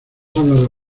hablado